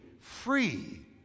free